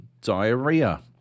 Diarrhea